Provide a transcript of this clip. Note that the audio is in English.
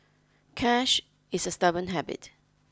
cash is a stubborn habit